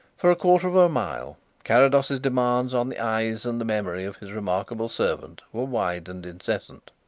for a quarter of a mile carrados's demands on the eyes and the memory of his remarkable servant were wide and incessant.